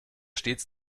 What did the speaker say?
stets